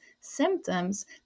symptoms